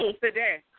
today